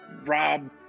Rob